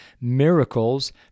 Miracles